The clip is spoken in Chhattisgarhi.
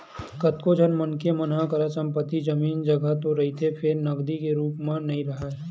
कतको झन मनखे मन करा संपत्ति, जमीन, जघा तो रहिथे फेर नगदी के रुप म नइ राहय